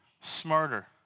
smarter